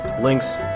links